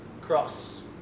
Cross